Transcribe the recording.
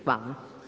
Hvala.